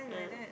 ah